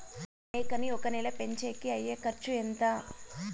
ఒక మేకని ఒక నెల పెంచేకి అయ్యే ఖర్చు ఎంత?